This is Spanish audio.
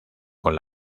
con